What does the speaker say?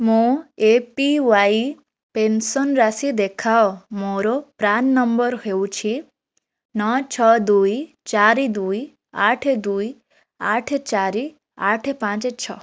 ମୋ A P Y pension ରାଶି ଦେଖାଅ ମୋର ପ୍ରାନ୍ ନମ୍ବର ହେଉଛି ନଅ ଛଅ ଦୁଇ ଚାରି ଦୁଇ ଆଠେ ଦୁଇ ଆଠେ ଚାରି ଆଠେ ପାଞ୍ଚେ ଛଅ